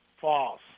false